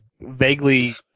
vaguely